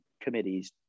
committees